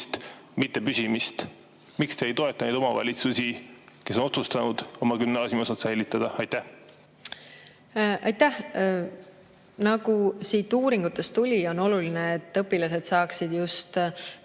mitte püsimist? Miks te ei toeta neid omavalitsusi, kes on otsustanud oma gümnaasiumiosa säilitada? Aitäh! Nagu siit uuringutest välja tuli, on oluline, et õpilased saaksid just